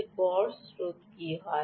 তখন গড় স্রোত কী হয়